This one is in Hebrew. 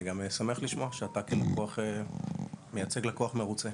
ואני גם שמח לשמוע שאתה כלקוח מייצג לקוח מרוצה,